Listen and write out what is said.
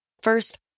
First